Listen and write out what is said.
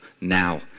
now